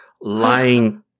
lying